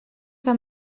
que